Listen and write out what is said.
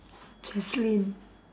jacelyn